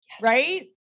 Right